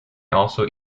also